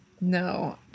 No